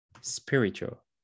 spiritual